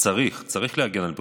צריך להגן על בריאותם,